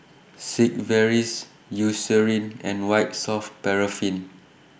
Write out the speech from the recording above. Sigvaris Eucerin and White Soft Paraffin